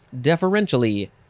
deferentially